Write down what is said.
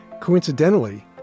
Coincidentally